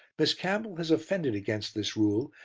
miss campbell has offended against this rule,